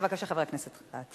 בבקשה, חבר הכנסת כץ.